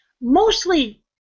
Mostly